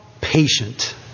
patient